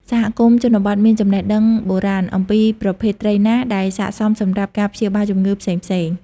សហគមន៍ជនបទមាន ចំណេះដឹង បូរាណអំពីប្រភេទត្រីណាដែលស័ក្តិសមសម្រាប់ការព្យាបាលជំងឺផ្សេងៗ។